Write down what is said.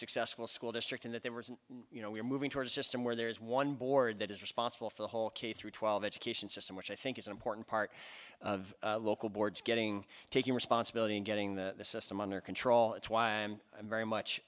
successful school district in that they were you know we're moving toward a system where there is one board that is responsible for the whole k through twelve education system which i think is an important part of local boards getting taking responsibility and getting the system under control it's why i'm i'm very much